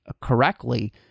correctly